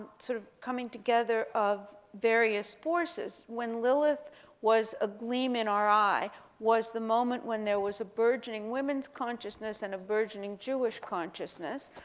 sort of coming together of various forces. when lilith was a gleam in our eye was the moment when there was a burgeoning women's consciousness and a burgeoning jewish consciousness,